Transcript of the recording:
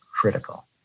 critical